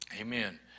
Amen